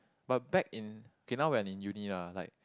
but back in okay now we're in uni lah like